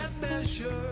measure